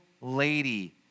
lady